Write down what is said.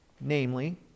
namely